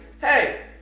Hey